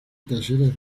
talleres